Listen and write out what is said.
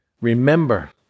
Remember